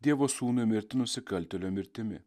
dievo sūnui mirti nusikaltėlio mirtimi